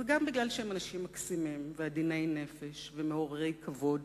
זה גם כי הם אנשים מקסימים ועדיני נפש ומעוררי כבוד,